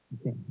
Okay